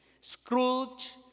Scrooge